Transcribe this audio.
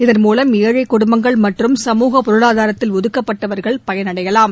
இதன் மூலம் ஏழை குடும்பங்கள் மற்றும் சமூக பொருளாதாரத்தில் ஒதுக்கப்பட்டவர்கள் பயனடையலாம்